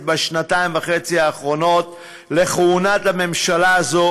בשנתיים וחצי האחרונות לכהונת הממשלה הזאת,